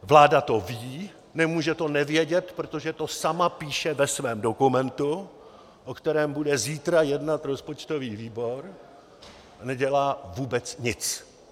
Vláda to ví, nemůže to nevědět, protože to sama píše ve svém dokumentu, o kterém bude zítra jednat rozpočtový výbor, a nedělá vůbec nic.